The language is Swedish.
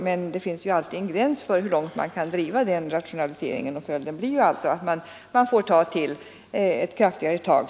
Men det finns alltid en gräns för hur långt man kan driva följden blir att man ibland får ta till kraftigare tag.